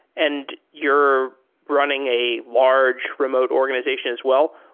and you're running a large remote organization as well.